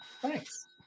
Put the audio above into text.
Thanks